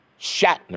Shatner